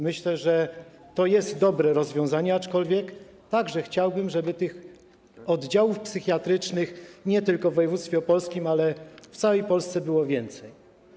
Myślę, że to jest dobre rozwiązanie, aczkolwiek także chciałbym, żeby oddziałów psychiatrycznych nie tylko w województwie opolskim, ale i w całej Polsce było więcej.